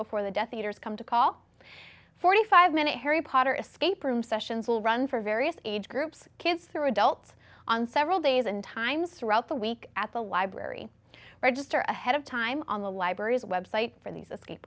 before the death eaters come to call forty five minute harry potter escape room sessions will run for various age groups kids through adults on several days and times throughout the week at the library register ahead of time on the library's website for these escape